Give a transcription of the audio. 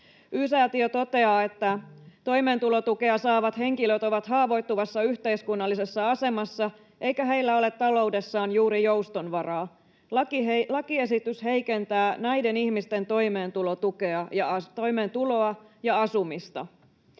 Y-Säätiö toteaa: ”Toimeentulotukea saavat henkilöt ovat haavoittuvassa yhteiskunnallisessa asemassa, eikä heillä ole taloudessaan juuri joustonvaraa. Lakiesitys heikentää näiden ihmisten toimeentuloa ja asumista.